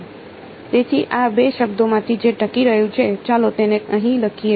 તેથી આ બે શબ્દોમાંથી જે ટકી રહ્યું છે ચાલો તેને અહીં લખીએ